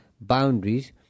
boundaries